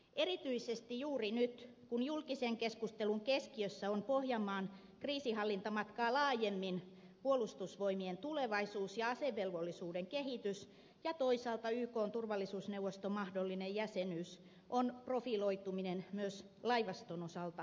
erityisesti juuri nyt kun julkisen keskustelun keskiössä on pohjanmaan kriisinhallintamatkaa laajemmin puolustusvoimien tulevaisuus asevelvollisuuden kehitys ja toisaalta ykn turvallisuusneuvoston mahdollinen jäsenyys on profiloituminen myös laivaston osalta ymmärrettävä